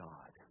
God